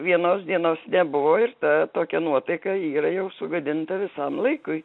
vienos dienos nebuvo ir ta tokia nuotaika yra jau sugadinta visam laikui